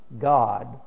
God